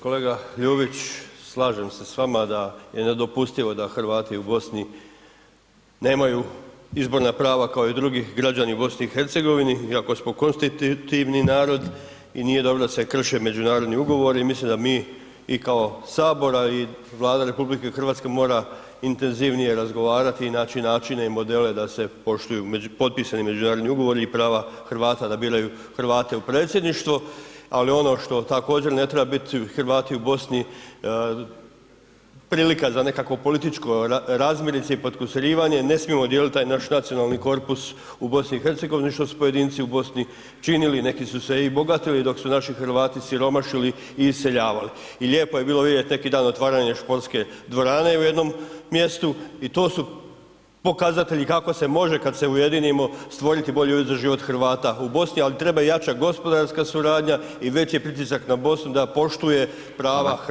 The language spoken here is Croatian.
Kolega Ljubić, slažem se s vama da je nedopustivo da Hrvati u Bosni nemaju izborna prava kao i drugi građani u BiH i ako smo konstitutivni narod i nije dobro da se krše međunarodni ugovori, mislim da bi mi i kao HS i Vlada RH mora intenzivnije razgovarati i naći načina i modele da se poštuju potpisani međunarodni ugovori i prava Hrvata da biraju Hrvate u predsjedništvo, ali ono što također ne treba biti, Hrvati u Bosni prilika za nekakvo političko razmirice i potkusurivanje, ne smijemo dijeliti taj naš nacionalni korpus u BiH, što su pojedinci u Bosni činili, neki su se i bogatili dok su naši Hrvati siromašili i iseljavali i lijepo je bilo vidjet neki dan otvaranje školske dvorane u jednom mjestu i to su pokazatelji kako se može kad se ujedinimo, stvoriti bolje uvjete za život Hrvata u Bosni, ali treba jača gospodarska suradnja i veći pritisak na Bosnu da poštuje prava [[Upadica: Hvala]] Hrvata u Bosni.